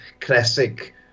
classic